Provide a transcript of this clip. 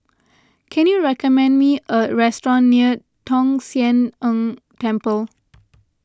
can you recommend me a restaurant near Tong Sian Tng Temple